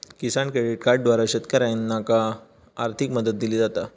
किसान credit कार्डद्वारा शेतकऱ्यांनाका आर्थिक मदत दिली जाता